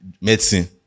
medicine